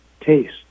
taste